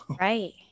right